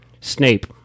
Snape